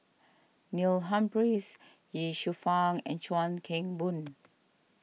Neil Humphreys Ye Shufang and Chuan Keng Boon